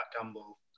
gamble